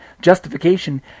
justification